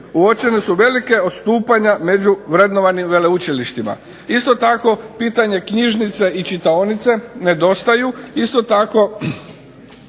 uočena su velika odstupanja među vrednovanim veleučilištima. Isto tako pitanje knjižnice i čitaonice nedostaju, isto tako